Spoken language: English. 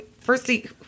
firstly